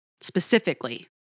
specifically